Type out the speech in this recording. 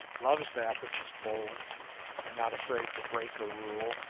loves that which is bold and not afraid to break a rule,